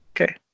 Okay